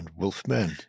Wolfmen